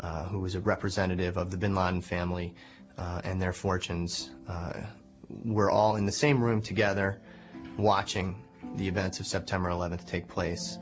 who is a representative of the bin laden family and their fortunes were all in the same room together watching the events of september eleventh take place